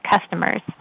customers